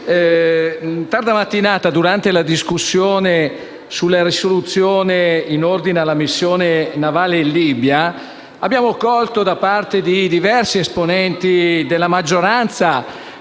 tarda mattinata, durante la discussione sulla risoluzione relativa alla missione navale in Libia, abbiamo colto, da parte di diversi esponenti della maggioranza,